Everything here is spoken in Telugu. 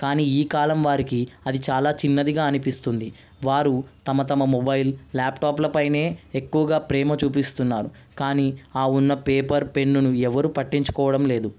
కానీ ఈ కాలం వారికి అది చాలా చిన్నదిగా అనిపిస్తుంది వారు తమ తమ మొబైల్ ల్యాప్టాప్లపైనే ఎక్కువగా ప్రేమ చూపిస్తున్నారు కానీ ఆ ఉన్న పేపర్ పెన్నును ఎవరు పట్టించుకోవడం లేదు